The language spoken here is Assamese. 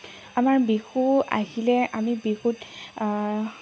আমাৰ বিহু আহিলে আমি বিহুত